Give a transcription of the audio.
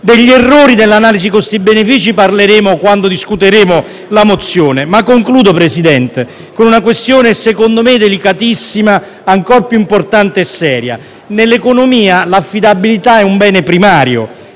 Degli errori dell'analisi costi-benefici parleremo quando discuteremo la mozione. Concludo, signor Presidente, con una questione secondo me delicatissima, ancora più importante e seria. Nell'economia l'affidabilità è un bene primario.